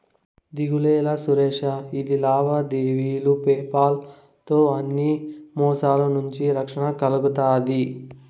దిగులేలా సురేషా, ఇది లావాదేవీలు పేపాల్ తో అన్ని మోసాల నుంచి రక్షణ కల్గతాది